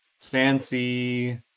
fancy